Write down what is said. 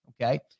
Okay